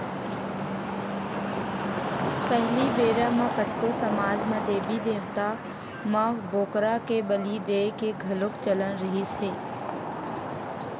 पहिली बेरा म कतको समाज म देबी देवता म बोकरा के बली देय के घलोक चलन रिहिस हे